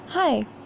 Hi